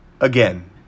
again